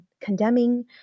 condemning